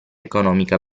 economica